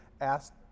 asked